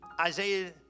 Isaiah